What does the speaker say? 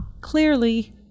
clearly